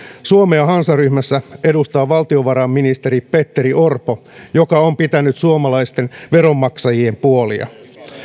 suomea hansaryhmässä edustaa valtiovarainministeri petteri orpo joka on pitänyt suomalaisten veronmaksajien puolia